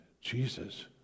Jesus